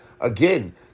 again